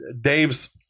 Dave's